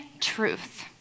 truth